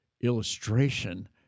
illustration